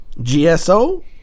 GSO